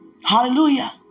Hallelujah